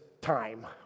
time